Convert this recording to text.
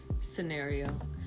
scenario